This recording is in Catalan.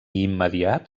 immediat